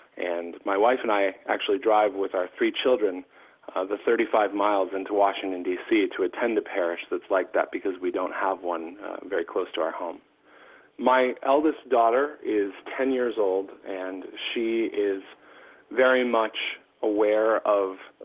and my wife and i actually drive with our three children the thirty five miles into washington, d c, to attend a parish that's like that, because we don't have one very close to our home my eldest daughter is ten years old, and she is very much aware of